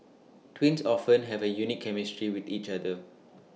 twins often have A unique chemistry with each other